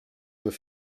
veut